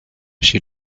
she